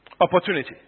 Opportunity